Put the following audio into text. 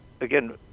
again